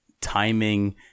timing